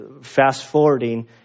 fast-forwarding